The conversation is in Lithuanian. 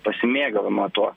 pasimėgavimo tuo